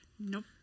Nope